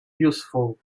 useful